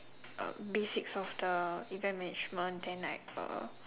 uh basics of the event management then like uh